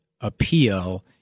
appeal